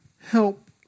Help